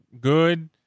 good